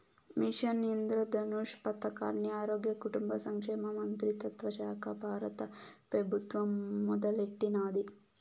machine Indradhanush పదకాన్ని ఆరోగ్య, కుటుంబ సంక్షేమ మంత్రిత్వశాక బారత పెబుత్వం మొదలెట్టినాది